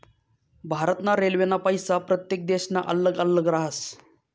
भारत ना रेल्वेना पैसा प्रत्येक देशना अल्लग अल्लग राहस